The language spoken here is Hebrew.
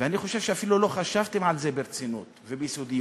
ואני חושב שאפילו לא חשבתם על זה ברצינות וביסודיות,